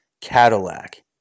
Cadillac